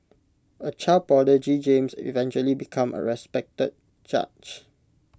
A child prodigy James eventually became A respected judge